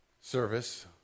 service